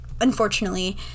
unfortunately